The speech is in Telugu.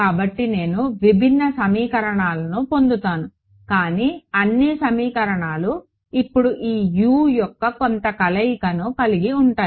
కాబట్టి నేను విభిన్న సమీకరణాలను పొందుతాను కానీ అన్ని సమీకరణాలు ఇప్పుడు ఈ U యొక్క కొంత కలయికను కలిగి ఉంటాయి